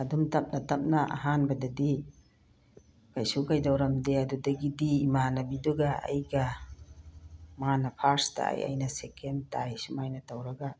ꯑꯗꯨꯝ ꯇꯞꯅ ꯇꯞꯅ ꯑꯍꯥꯟꯕꯗꯗꯤ ꯀꯩꯁꯨ ꯀꯩꯗꯧꯔꯝꯗꯦ ꯑꯗꯨꯗꯒꯤꯗꯤ ꯏꯃꯥꯟꯅꯕꯤꯗꯨꯒ ꯑꯩꯒ ꯃꯥꯅ ꯐꯥꯔꯁ ꯇꯥꯏ ꯑꯩꯅ ꯁꯦꯀꯦꯟ ꯇꯥꯏ ꯁꯨꯃꯥꯏꯅ ꯇꯧꯔꯒ